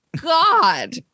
God